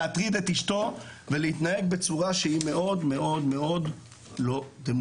להטריד את אשתו ולהתנהג בצורה שהיא מאוד מאוד לא דמוקרטית.